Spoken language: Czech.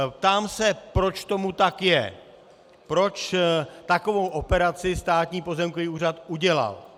Ptám se, proč tomu tak je, proč takovou operaci Státní pozemkový úřad udělal.